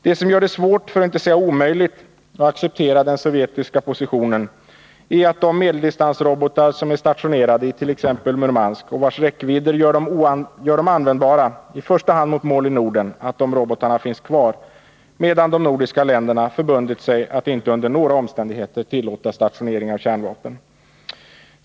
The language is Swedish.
Det som gör det svårt för att inte säga omöjligt att acceptera den sovjetiska 2 positionen är att de medeldistansrobotar som är stationerade i t.ex. Murmansk och vars räckvidder gör dem användbara i första hand mot mål i Norden finns kvar, medan de nordiska länderna förbundit sig att inte under några omständigheter tillåta stationering av kärnvapen.